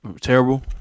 terrible